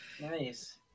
Nice